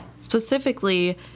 Specifically